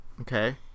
Okay